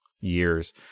years